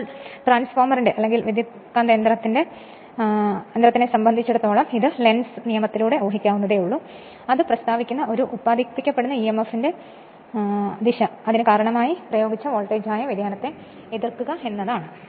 ഇപ്പോൾ ട്രാൻസ്ഫോർമറിനെ സംബന്ധിച്ചിടത്തോളം ഇത് ലെൻസിന്റെ നിയമത്തിലൂടെ ഊഹിക്കാവുന്നതേയുള്ളൂ അത് പ്രസ്താവിക്കുന്ന ഒരു ഉത്പാദിപ്പിക്കപ്പെടുന്നഇ ഇഎംഎഫിന്റെ ദിശ അതിന് കാരണമായ പ്രയോഗിച്ച വോൾട്ടേജായ വ്യതിയാനത്തെ എതിർക്കുക എന്നതാണ്